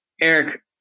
Eric